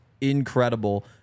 incredible